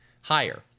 higher